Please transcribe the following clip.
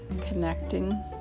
connecting